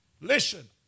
Listen